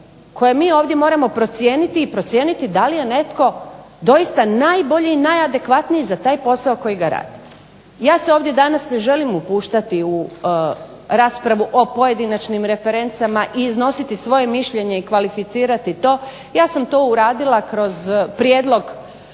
koje mi ovdje moramo procijeniti i procijeniti da li je netko doista najbolji i najadekvatniji za taj posao koji ga radi. Ja se ovdje danas ne želim upuštati u raspravu o pojedinačnim referencama i iznositi svoje mišljenje i kvalificirati to, ja sam to uradila kroz prijedlog